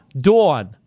Dawn